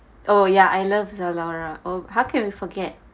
oh yeah I love Zalora oh how can we forget